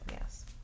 Yes